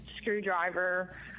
screwdriver